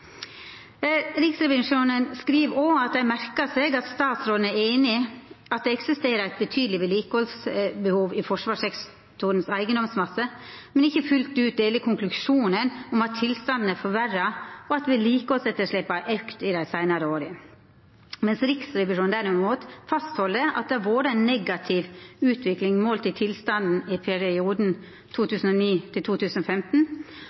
Riksrevisjonen skriv òg at ein merkar seg at statsråden er einig i at det eksisterer eit betydeleg vedlikehaldsbehov i forsvarssektorens eigedomsmasse, men ikkje fullt ut deler konklusjonen om at tilstanden er forverra, og at vedlikehaldsetterslepet har auka i dei seinare åra, mens Riksrevisjonen derimot «vil fastholde at det har vært en negativ utvikling i målt tilstand i perioden